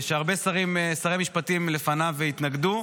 שהרבה שרי משפטים לפניו התנגדו,